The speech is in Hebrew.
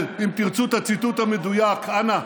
אם תרצו את הציטוט המדויק, אנא,